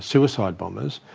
suicide bombers,